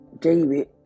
David